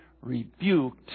rebuked